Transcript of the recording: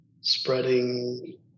spreading